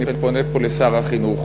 אני פונה פה לשר החינוך,